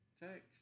text